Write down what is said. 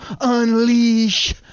unleash –